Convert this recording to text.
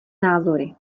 názory